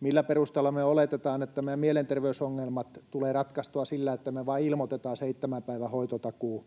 millä perusteella me oletetaan, että meidän mielenterveysongelmat tulevat ratkaistua sillä, että me vain ilmoitetaan seitsemän päivän hoitotakuu,